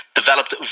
developed